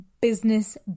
business